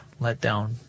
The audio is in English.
letdown